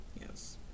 Yes